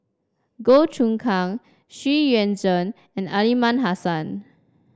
Goh Choon Kang Xu Yuan Zhen and Aliman Hassan